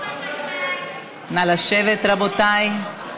נא לשבת, רבותי.